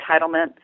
entitlement